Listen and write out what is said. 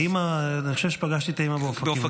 האימא, אני חושב שפגשתי את האימא באופקים.